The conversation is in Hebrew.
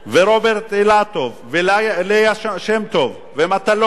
ורוברט אילטוב, וליה שמטוב, ומטלון,